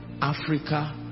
Africa